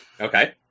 Okay